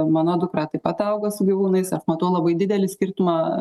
mano dukra taip pat auga su gyvūnais aš matau labai didelį skirtumą